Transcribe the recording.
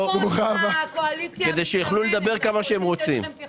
כדי שיוכלו לדבר כמה שהם רוצים.